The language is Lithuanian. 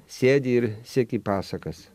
sėdi ir seki pasakas